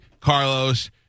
Carlos